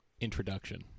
introduction